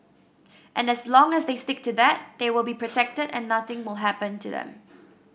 and as long as they stick to that they will be protected and nothing will happen to them